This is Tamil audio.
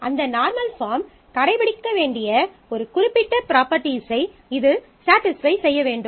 அந்த நார்மல் பாஃர்ம் கடைபிடிக்க வேண்டிய ஒரு குறிப்பிட்ட ப்ராப்பர்ட்டிஸை இது சட்டிஸ்ஃபை செய்ய வேண்டும்